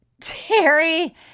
Terry